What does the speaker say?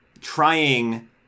trying